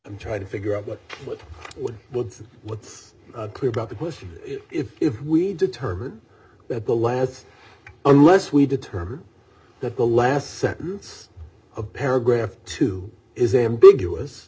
i'm trying to figure out what what would woods what's clear about the question if we determine that the last unless we determine that the last sentence a paragraph or two is ambiguous